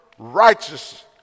righteous